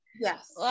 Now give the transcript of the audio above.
Yes